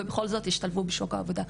ובכל זאת הם השתלבו בשוק העבודה.